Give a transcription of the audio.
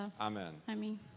Amen